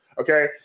okay